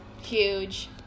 huge